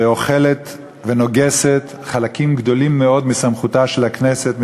ואוכלת ונוגסת חלקים גדולים מאוד מסמכותה של הכנסת,